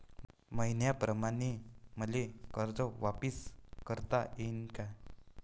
मईन्याप्रमाणं मले कर्ज वापिस करता येईन का?